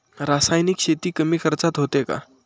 रासायनिक शेती कमी खर्चात होते का?